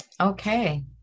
Okay